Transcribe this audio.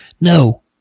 no